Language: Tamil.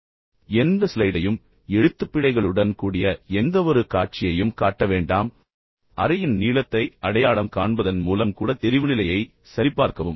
எனவே எந்த ஸ்லைடையும் எழுத்துப்பிழைகளுடன் கூடிய எந்தவொரு காட்சியையும் காட்ட வேண்டாம் இறுதிக்கு சென்று அறையின் நீளத்தை அடையாளம் காண்பதன் மூலம் கூட தெரிவுநிலையை சரிபார்க்கவும்